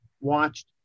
watched